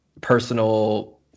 personal